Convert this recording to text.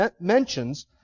mentions